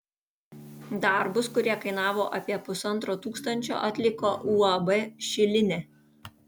darbus kurie kainavo apie pusantro tūkstančio atliko uab šilinė